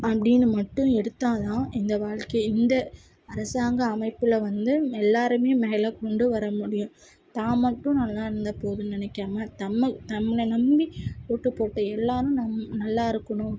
அப்படின்னு மட்டும் எடுத்தால் தான் இந்த வாழ்க்கையே இந்த அரசாங்க அமைப்பில் வந்து எல்லாருமே மேலக்கொண்டு வர முடியும் தான் மட்டும் நல்லாருந்தால் போதுன்னு நினைக்காம தம்ம தன்னை நம்பி ஓட்டு போட்ட எல்லாரும் நல் நல்லாருக்கணும்